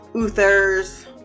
Uther's